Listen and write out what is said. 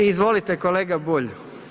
Izvolite kolega Bulj.